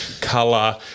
color